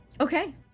okay